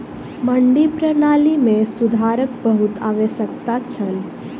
मंडी प्रणाली मे सुधारक बहुत आवश्यकता छल